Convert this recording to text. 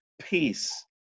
peace